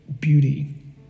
beauty